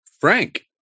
Frank